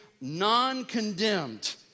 non-condemned